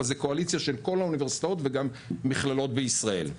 אבל זאת קואליציה של כל האוניברסיטאות וגם מכללות בישראל.